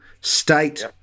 State